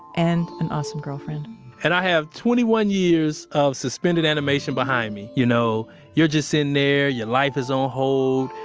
and an awesome girlfriend and i have twenty one years of suspended animation behind me. y'know you're just in there, your life is on hold,